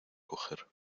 coger